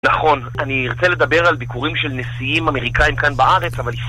נכון, אני רוצה לדבר על ביקורים של נשיאים אמריקאים כאן בארץ, אבל...